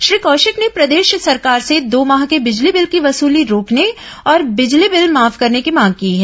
श्री कौशिक ने प्रदेश सरकार से दो माह के बिजली बिल की वसूली रोकने और बिजली बिल माफ करने की मांग की है